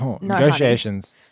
Negotiations